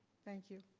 thank you.